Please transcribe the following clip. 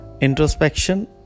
introspection